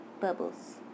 Bubbles